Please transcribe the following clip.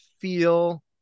feel